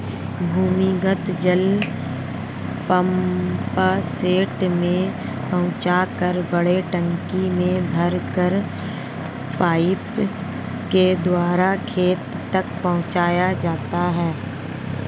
भूमिगत जल पम्पसेट से पहुँचाकर बड़े टंकी में भरकर पाइप के द्वारा खेत तक पहुँचाया जाता है